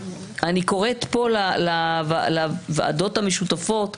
אני קוראת פה לוועדות המשותפות,